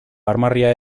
armarria